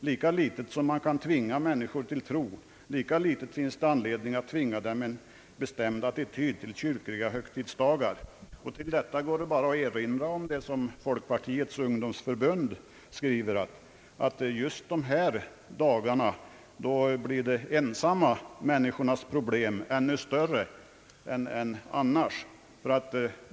Lika litet som man kan tvinga människor till tro, lika litet finns det anledning att tvinga på dem en bestämd attityd till kyrkliga högtidsdagar.» Härtill kan erinras om vad folkpartiets ungdomsförbund skriver, nämligen att just dessa dagar blir de ensamma människornas problem ännu större än annars.